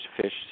fish